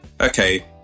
okay